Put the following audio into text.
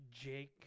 Jake